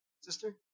Sister